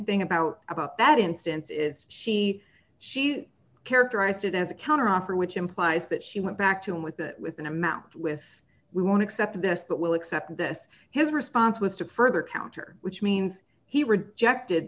thing about about that instance is she she characterized it as a counteroffer which implies that she went back to him with it with an amount with we want to accept this but will accept this his response was to further counter which means he rejected